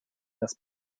das